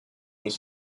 ich